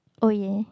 oh yeah